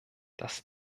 das